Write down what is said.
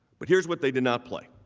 but here's what they did not play.